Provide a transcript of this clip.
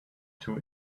two